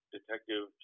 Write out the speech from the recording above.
Detective